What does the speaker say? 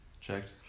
checked